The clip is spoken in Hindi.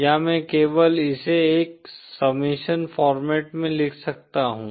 या मैं केवल इसे एक सम्मेशन फॉर्मेट में लिख सकता हूं